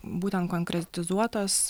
būtent konkretizuotos